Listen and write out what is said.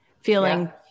feeling